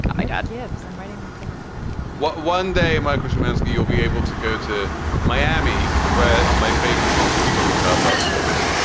ah my god. yes, i'm writing that down what? one day, michael shymansky, you'll be able to go to miami where my favorite multistorey car park lives.